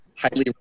Highly